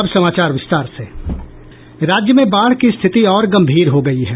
राज्य में बाढ़ की स्थिति और गंभीर हो गयी है